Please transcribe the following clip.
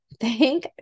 Thank